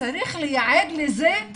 צריך לייעד לזה ---.